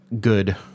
good